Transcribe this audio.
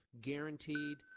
guaranteed